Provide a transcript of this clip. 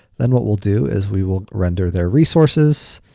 then what we'll do is we will render their resources,